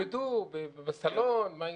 איך הם ילמדו, בסלון.